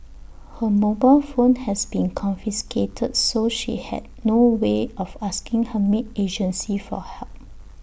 her mobile phone has been confiscated so she had no way of asking her maid agency for help